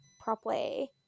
properly